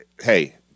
hey